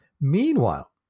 Meanwhile